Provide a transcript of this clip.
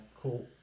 cool